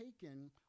taken